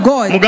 God